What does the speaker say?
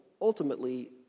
ultimately